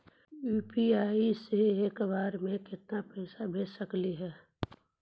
UPI से एक बार मे केतना पैसा भेज सकली हे?